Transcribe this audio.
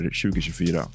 2024